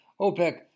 OPEC